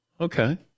Okay